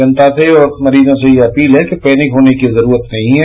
जनता से और मरीजों से ये अपील है कि पैनिक होने की जरूरत नहीं है